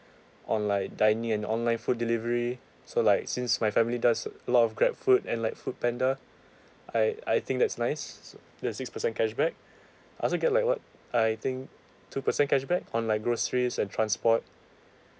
on like dining and online food delivery so like since my family does a lot of grabfood and like foodpanda I I think that's nice the six percent cashback I also get like what I think two percent cashback on like groceries and transport